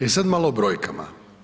E sada malo o brojkama.